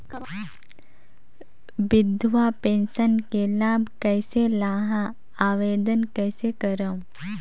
विधवा पेंशन के लाभ कइसे लहां? आवेदन कइसे करव?